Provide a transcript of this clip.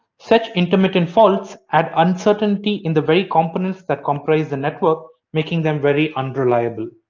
such intermittent faults add uncertainty in the very components that comprise the network making them very unreliable.